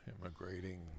immigrating